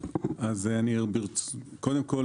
קודם כול,